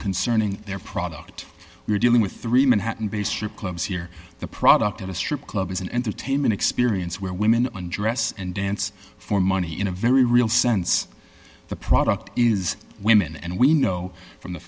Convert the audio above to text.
concerning their product we're dealing with three men hatton bay strip clubs here the product of a strip club is an entertainment experience where women undress and dance for money in a very real sense the product is women and we know from the